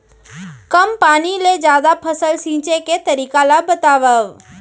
कम पानी ले जादा फसल सींचे के तरीका ला बतावव?